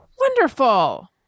wonderful